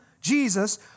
Jesus